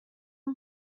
اون